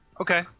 Okay